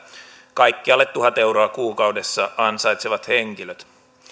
kaikki alle tuhat euroa kuukaudessa ansaitsevat henkilöt